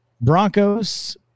Broncos